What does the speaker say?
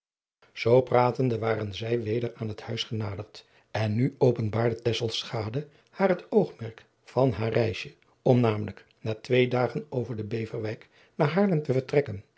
zoo pratende waren zij weder aan het huis genaderd en nu openbaarde tesselschade haar het oogmerk van haar reisje om namelijk na twee dagen over de beverwijk naar haarlem te vertrekken